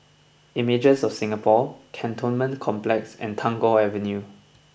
Images of Singapore Cantonment Complex and Tagore Avenue